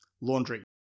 laundry